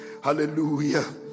Hallelujah